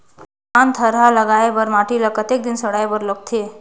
धान थरहा लगाय बर माटी ल कतेक दिन सड़ाय बर लगथे?